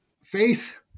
faith